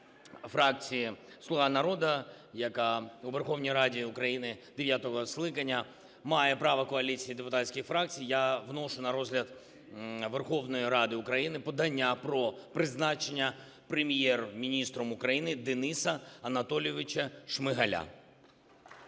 фракції "Слуга народу", яка у Верховній Раді України дев'ятого скликання має права коаліції депутатських фракцій, я вношу на розгляд Верховної Ради України подання про призначення Прем'єр-міністром України Дениса Анатолійовича Шмигаля.